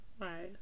Right